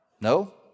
No